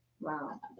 Wow